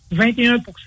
21%